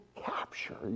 capture